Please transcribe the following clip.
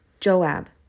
Joab